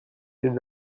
des